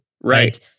Right